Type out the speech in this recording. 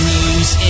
News